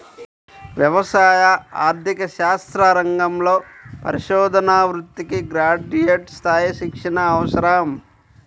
వ్యవసాయ ఆర్థిక శాస్త్ర రంగంలో పరిశోధనా వృత్తికి గ్రాడ్యుయేట్ స్థాయి శిక్షణ అవసరం